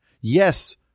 Yes